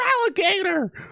alligator